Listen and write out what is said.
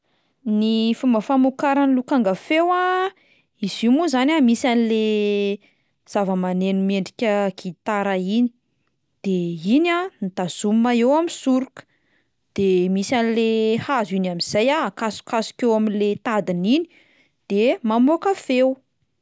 Ny fomba famokaran'ny lokanga feo a, izy io moa zany a misy an'le zava-maneno miendrika gitara iny, de iny a no tazomina eo amin'ny soroka, de misy an'le hazo iny amin'izay akasokasoka eo amin'le tadiny iny de mamoaka feo.